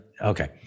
Okay